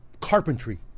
carpentry